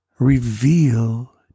Reveal